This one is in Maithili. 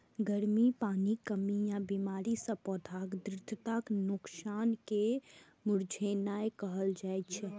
गर्मी, पानिक कमी या बीमारी सं पौधाक दृढ़ताक नोकसान कें मुरझेनाय कहल जाइ छै